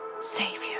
Savior